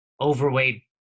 overweight